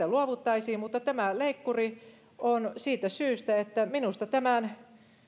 luovuttaisiin mutta tämä leikkuri on siitä syystä että minusta tämän